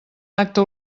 acte